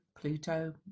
pluto